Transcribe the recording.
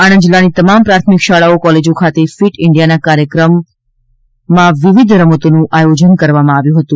આણંદ જિલ્લાની તમામ પ્રાથમિક શાળાઓ કોલેજો ખાતે ફીટ ઇન્ડિયાના કાર્યક્રમ અંતર્ગત વિવિધ રમતોનું આયોજન કરવામાં આવ્યું હતું